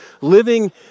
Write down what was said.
living